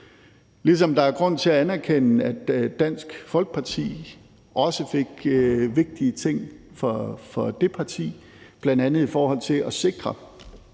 Der er også grund til at anerkende, at Dansk Folkeparti også fik vigtige ting med for det parti, bl.a. i forhold til at sikre,